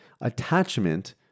attachment